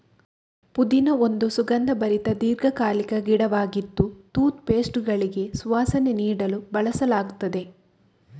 ಪುದೀನಾ ಒಂದು ಸುಗಂಧಭರಿತ ದೀರ್ಘಕಾಲಿಕ ಗಿಡವಾಗಿದ್ದು ಟೂತ್ ಪೇಸ್ಟುಗಳಿಗೆ ಸುವಾಸನೆ ನೀಡಲು ಬಳಸಲಾಗ್ತದೆ